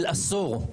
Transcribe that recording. של עשור.